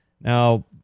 Now